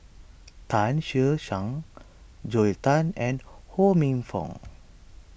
Tan Che Sang Joel Tan and Ho Minfong